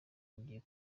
bigiye